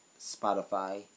Spotify